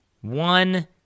One